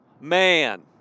man